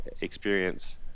experience